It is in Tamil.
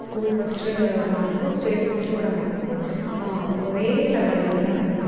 ஸ்கூல் ஃபர்ஸ்ட்டு மார்க்கும் ஸ்டேட் ஃபஸ்ட்டோட மார்க்கும் ஒரே லெவலில் தான் இருக்கும்